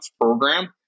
program